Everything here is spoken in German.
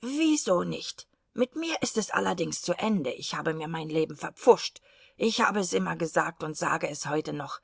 wieso nicht mit mir ist es allerdings zu ende ich habe mir mein leben verpfuscht ich habe es immer gesagt und sage es heute noch